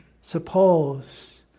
suppose